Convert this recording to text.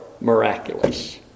miraculous